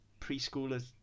preschoolers